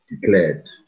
declared